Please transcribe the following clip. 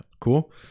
Cool